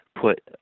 put